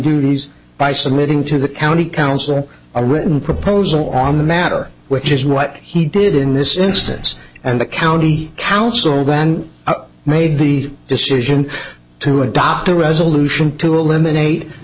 duties by submitting to the county council a written proposal on the matter which is what he did in this instance and the county council then made the decision to adopt a resolution to eliminate